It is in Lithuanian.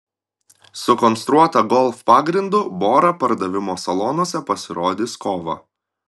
sukonstruota golf pagrindu bora pardavimo salonuose pasirodys kovą